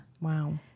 Wow